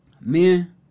men